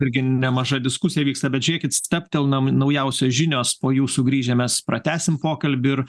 irgi nemaža diskusija vyksta bet žiūrėkit stabtelnam naujausios žinios po jų sugrįžę mes pratęsim pokalbį ir